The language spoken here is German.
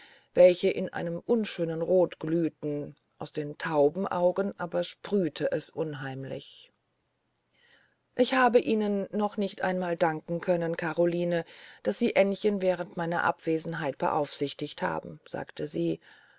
welche in einem unschönen rot glühten aus den taubenaugen aber sprühte es unheimlich ich habe ihnen noch nicht einmal danken können karoline daß sie aennchen während meiner abwesenheit beaufsichtigt haben sagte sie